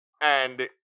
and-